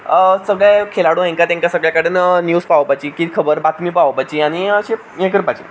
सगळे खेळाडू हांकां तांकां सगळे कडेन न्यूज पावोवपाची की खबर बातमी पावोवपाची आनी अशें हें करपाचें